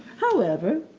however,